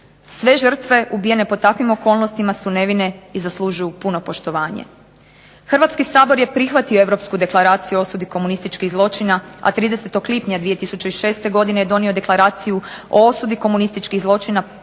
Sve žrtve ubijene pod takvim okolnostima su nevine i zaslužuju puno poštovanje. Hrvatski sabor je prihvatio europsku Deklaraciju o osudi komunističkih zločina, a 30. lipnja 2006. godine je donio Deklaraciju o osudi komunističkih zločina